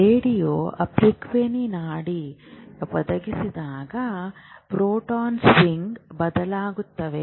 radio frequency ನಾಡಿ ಒದಗಿಸಿದಾಗ proton spin ಬದಲಾಗುತ್ತದೆ